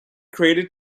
created